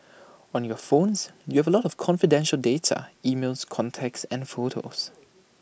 on your phones you have A lot of confidential data emails contacts and photos